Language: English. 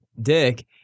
dick